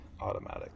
automatic